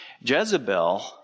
Jezebel